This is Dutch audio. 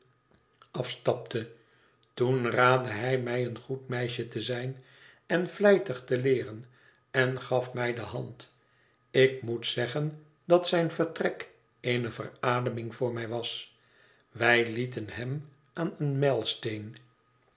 afstapte toen raadde hij mij een goed meisje te zijn en vlijtig te leeren en gaf mij de hand ik moet zeggen dat zijn vertrek eene verademing voor mij was wij lieten hem aan een